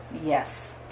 Yes